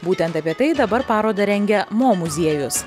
būtent apie tai dabar parodą rengia mo muziejus